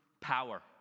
power